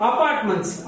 Apartments